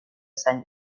san